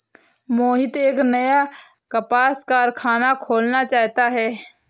मोहित एक नया कपास कारख़ाना खोलना चाहता है